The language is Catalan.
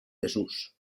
desús